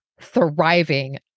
thriving